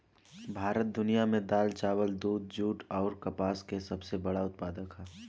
भारत दुनिया में दाल चावल दूध जूट आउर कपास के सबसे बड़ उत्पादक ह